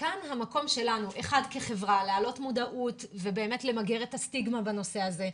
כאן המקום שלנו כחברה להעלות מודעות ובאמת למגר את הסטיגמה בנושא הזה,